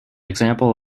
example